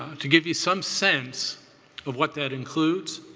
to give you some sense of what that includes,